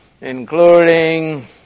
including